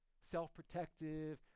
self-protective